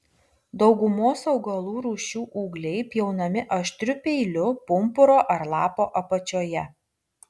daugumos augalų rūšių ūgliai pjaunami aštriu peiliu pumpuro ar lapo apačioje